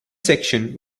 section